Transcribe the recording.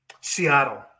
Seattle